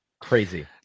Crazy